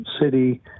city